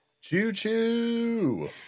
Choo-choo